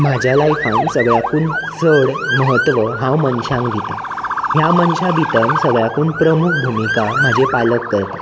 म्हज्या लायफांत सगळ्यांकून चड महत्व हांव मनशांक दितां ह्या मनशां भितर सगळ्यांकून प्रमुख भुमिका म्हाजे पालक करतात